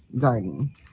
garden